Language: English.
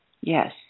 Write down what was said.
Yes